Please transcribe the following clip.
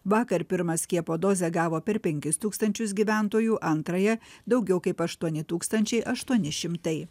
vakar pirmą skiepo dozę gavo per penkis tūkstančius gyventojų antrąją daugiau kaip aštuoni tūkstančiai aštuoni šimtai